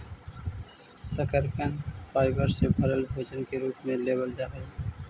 शकरकन फाइबर से भरल भोजन के रूप में लेबल जा हई